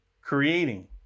creating